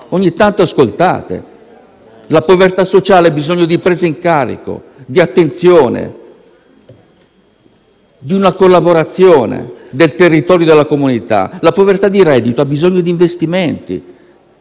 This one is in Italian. ogni tanto ascoltate! La povertà sociale ha bisogno di presa in carico, di attenzione, di una collaborazione del territorio e della comunità. La povertà di reddito ha bisogno di investimenti